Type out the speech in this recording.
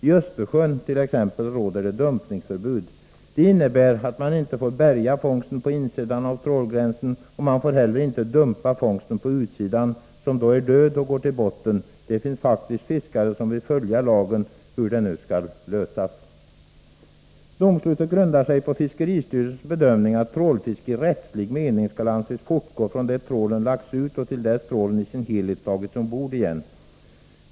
I Östersjön t.ex. råder dumpningsförbud. Det innebär att man inte får bärga fångsten på insidan av trålgränsen men inte heller på utsidan dumpa fångsten, som då är död och går till botten. Det finns faktiskt fiskare som vill följa lagen, hur det nu skall ske. Domslutet grundade sig på fiskeristyrelsens bedömning att trålfiske i rättslig mening skall anses fortgå från det trålen lagts ut och till dess trålen i sin helhet tagits ombord igen.